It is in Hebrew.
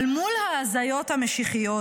אבל מול ההזיות המשיחיות,